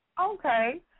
Okay